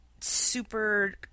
super